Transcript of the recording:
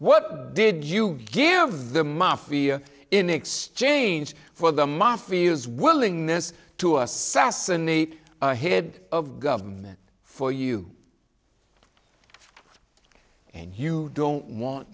what did you give the mafia in exchange for the mafia use willingness to assassinate the head of government for you and you don't want